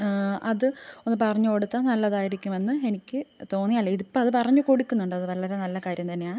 അത് ഒന്നു പറഞ്ഞു കൊടുത്താൽ നല്ലതായിരിക്കുമെന്ന് എനിക്ക് തോന്നി അല്ലെങ്കിൽ ഇപ്പം അത് പറഞ്ഞു കൊടുക്കുന്നുണ്ടത് വളരെ നല്ല കാര്യം തന്നെയാണ്